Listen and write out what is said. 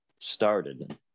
started